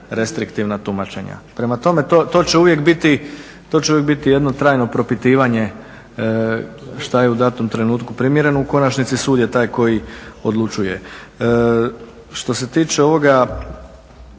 restriktivna tumačenja. Prema tome to će uvijek biti jedno dato propitivanje šta je u datom trenutku primjereno. U konačnici sud je taj koji odlučuje. Što se tiče ovog